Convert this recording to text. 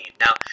Now